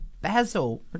basil